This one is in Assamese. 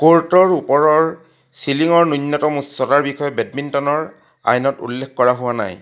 ক'ৰ্টৰ ওপৰৰ চিলিঙৰ ন্যূনতম উচ্চতাৰ বিষয়ে বেডমিণ্টনৰ আইনত উল্লেখ কৰা হোৱা নাই